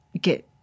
get